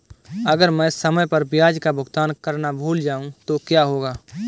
अगर मैं समय पर ब्याज का भुगतान करना भूल जाऊं तो क्या होगा?